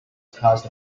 caused